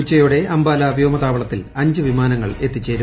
ഉച്ച്യോടെ അംബാല വ്യോമ താവളത്തിൽ അഞ്ച് വിമാനങ്ങൾ എത്തിച്ചേരും